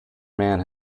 man